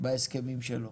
בהסכמים שלו.